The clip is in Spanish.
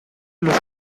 los